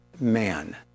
man